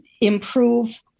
improve